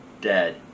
dead